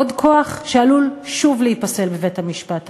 עוד כוח, שעלול שוב להיפסל בבית-המשפט העליון,